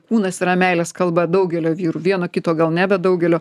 kūnas yra meilės kalba daugelio vyrų vieno kito gal ne bet daugelio